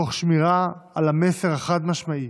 תוך שמירה על המסר החד-משמעי: